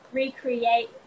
recreate